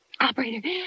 Operator